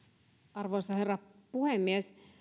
arvoisa herra puhemies